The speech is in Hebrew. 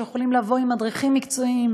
והם יכולים לבוא עם מדריכים מקצועיים,